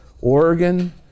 Oregon